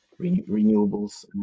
renewables